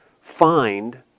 find